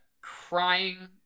crying